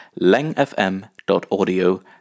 langfm.audio